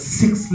six